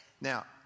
Now